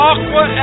Aqua